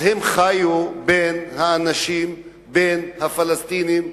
הם חיו בין האנשים, בין הפלסטינים,